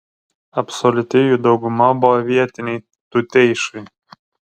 absoliuti jų dauguma buvo vietiniai tuteišai